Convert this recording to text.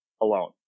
alone